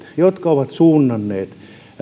jotka ovat suuntautuneet